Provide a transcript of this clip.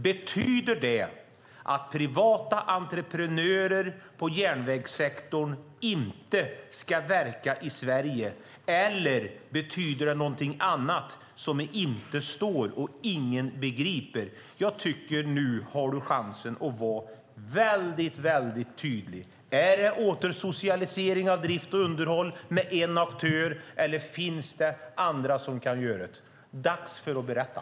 Betyder det att privata entreprenörer inom järnvägssektorn inte ska verka i Sverige eller betyder det någonting annat som inte står där och som ingen begriper? Nu har Siv Holma chansen att vara väldigt, väldigt tydlig. Är det återsocialisering av drift och underhåll med endast en aktör eller finns det andra som kan göra det? Det är dags att berätta.